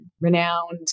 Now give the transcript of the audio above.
renowned